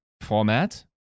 format